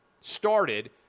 started